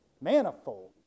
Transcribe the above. Manifold